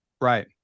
Right